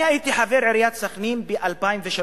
אני הייתי חבר עיריית סח'נין ב-2004-2003.